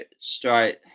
straight